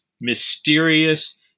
mysterious